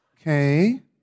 Okay